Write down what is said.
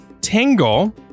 Tangle